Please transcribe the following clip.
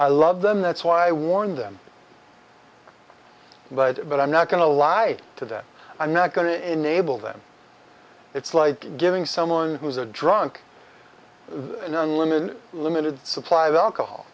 i love them that's why i warned them but but i'm not going to lie to them i'm not going to enable them it's like giving someone who's a drunk an unlimited limited supply of alcohol